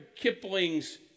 Kipling's